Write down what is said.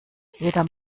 jeder